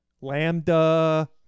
Lambda